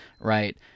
right